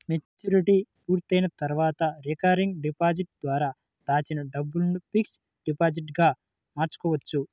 maturity పూర్తయిన తర్వాత recurring deposit ద్వారా దాచిన డబ్బును ఫిక్స్డ్ డిపాజిట్ గా మార్చుకోవచ్చు